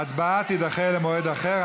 ההצבעה תידחה למועד אחר.